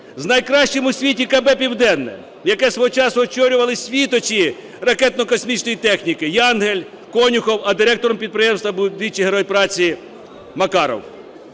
з найкращим у світі КП "Південне", яке свого часу очолювали світочі ракетно-космічної техніки – Янгель, Конюхов, а директором підприємства був двічі Герой праці Макаров.